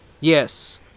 Yes